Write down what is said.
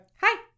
Hi